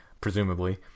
presumably